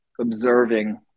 observing